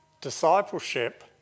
discipleship